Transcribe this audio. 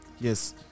Yes